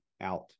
out